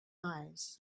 eyes